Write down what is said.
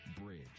Bridge